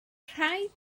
rhaid